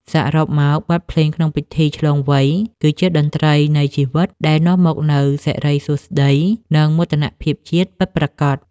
សរុបមក បទភ្លេងក្នុងពិធីឆ្លងវ័យ គឺជាតន្ត្រីនៃជីវិតដែលនាំមកនូវសិរីសួស្ដី និងមោទនភាពជាតិពិតប្រាកដ។